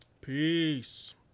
Peace